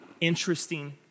Interesting